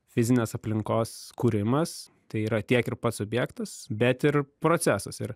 fizinės aplinkos kūrimas tai yra tiek ir pats objektas bet ir procesas ir